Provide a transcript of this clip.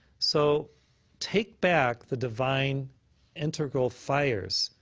so take back the divine integral fires